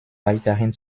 weiterhin